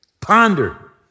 ponder